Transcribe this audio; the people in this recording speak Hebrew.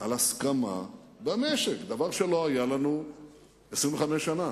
על הסכמה במשק, דבר שלא היה לנו 25 שנה.